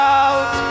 out